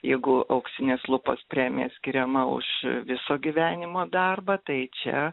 jeigu auksinės lupos premija skiriama už viso gyvenimo darbą tai čia